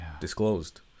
disclosed